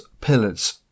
pillars